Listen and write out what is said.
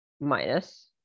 minus